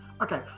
Okay